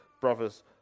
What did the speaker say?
brothers